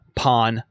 pawn